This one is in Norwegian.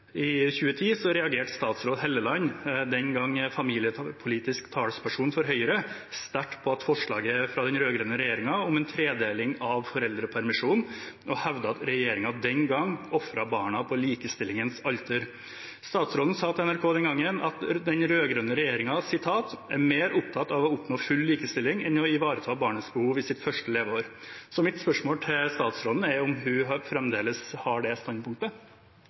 2010 reagerte statsråd Hofstad Helleland – den gang familiepolitisk talsperson for Høyre – sterkt på forslaget fra den rød-grønne regjeringen om en tredeling av foreldrepermisjonen og hevdet at regjeringen den gang ofret barna «på likestillingens alter». Statsråden sa til NRK den gangen at den rød-grønne regjeringen var «mer opptatt av å oppnå full likestilling enn å ivareta barnets behov i sitt første leveår». Mitt spørsmål til statsråden er om hun fremdeles har det standpunktet.